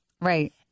Right